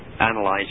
analyze